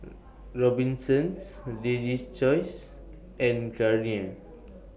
Robinsons Lady's Choice and Garnier